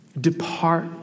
Depart